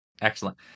Excellent